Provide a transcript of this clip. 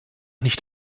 nicht